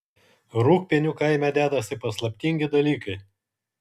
rūgpienių kaime dedasi paslaptingi dalykai